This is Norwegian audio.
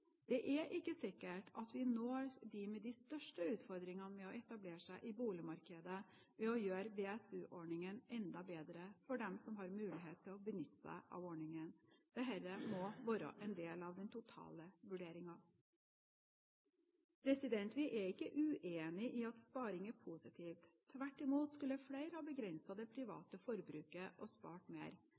Det er ikke sikkert at vi når dem med de største utfordringene med å etablere seg i boligmarkedet ved å gjøre BSU-ordningen enda bedre for dem som har muligheter til å benytte seg av ordningen. Dette må være en del av den totale vurderingen. Vi er ikke uenig i at sparing er positivt. Tvert imot skulle flere ha begrenset det private forbruket og spart mer.